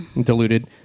diluted